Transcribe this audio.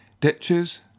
ditches